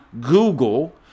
Google